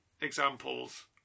examples